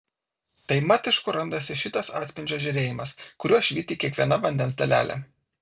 tai mat iš kur randasi šitas atspindžio žėrėjimas kuriuo švyti kiekviena vandens dalelė